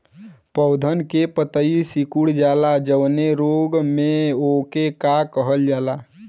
पौधन के पतयी सीकुड़ जाला जवने रोग में वोके का कहल जाला?